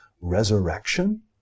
resurrection